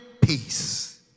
peace